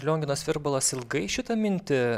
lionginas virbalas ilgai šitą mintį